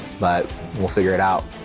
but we'll figure it out.